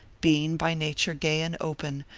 being by nature gay and open,